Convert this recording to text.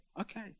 okay